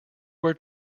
were